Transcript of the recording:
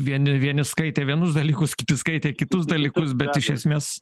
vien vieni skaitė vienus dalykus kiti skaitė kitus dalykus bet iš esmės